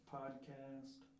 podcast